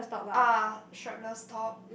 ah strapless top